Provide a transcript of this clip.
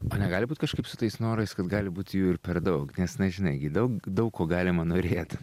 o negali būt kažkaip su tais norais kad gali būti jų ir per daug nes na žinai gi daug daug ko galima norėt